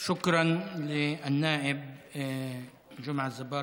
שוכרן, א-נאאב ג'מעה אזברגה,